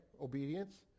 obedience